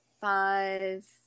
five